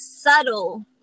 subtle